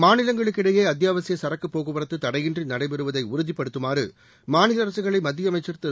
மாநிலங்களுக்கிடையே அத்தியாவசியப் சரக்குப் போக்குவரத்து தடையின்றி நடைபெறுவதை உறுதிப்படுத்துமாறு மாநில அரசுகளை மத்திய அமைச்ச் திரு